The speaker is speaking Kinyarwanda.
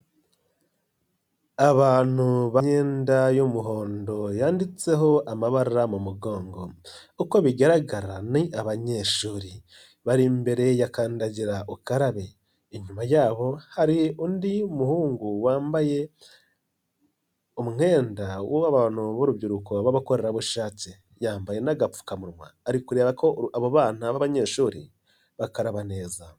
Abantu bambaye imyenda y'umuhondo yanditseho amabara mu mugongo uko bigaragara ni abanyeshuri bari imbere ya kandagirukarabe inyuma yabo hari undi muhungu wambaye umwenda w'abantu b'urubyiruko b'abakorerabushake yambaye n'agapfukamunwa ariko kureba ko abo bana b'abanyeshuri bakaraba neza.